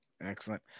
Excellent